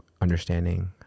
Understanding